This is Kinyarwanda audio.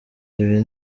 ibi